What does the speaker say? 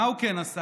מה הוא כן עשה?